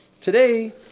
Today